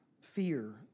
fear